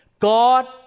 God